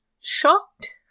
shocked